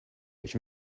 which